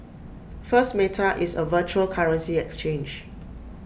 first meta is A virtual currency exchange